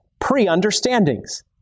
pre-understandings